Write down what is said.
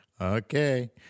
Okay